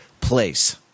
place